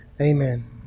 amen